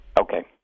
Okay